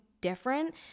different